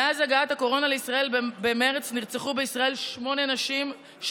מאז הגעת הקורונה לישראל במרס נרצחו בישראל שמונה נשים,